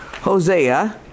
Hosea